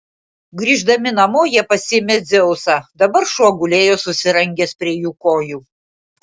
grįždami namo jie pasiėmė dzeusą dabar šuo gulėjo susirangęs prie jų kojų